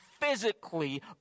physically